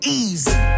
easy